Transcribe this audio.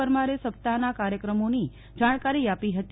પરમારે સપ્તાહના કાર્યક્રમોની જાણકારી આપી હતી